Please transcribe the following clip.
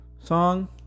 song